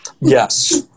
Yes